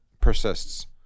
persists